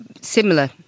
similar